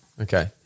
okay